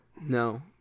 No